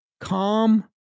Calm